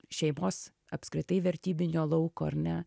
šeimos apskritai vertybinio lauko ar ne